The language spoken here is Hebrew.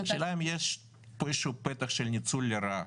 השאלה אם יש פה איזה שהוא פתח של ניצול לרעה.